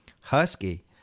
Husky